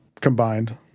combined